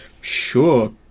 sure